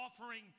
offering